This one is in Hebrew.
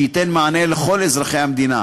שייתן מענה לכל אזרחי המדינה.